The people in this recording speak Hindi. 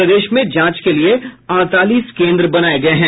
प्रदेश में जांच के लिए अड़तालीस केन्द्र बनाये गये हैं